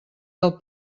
del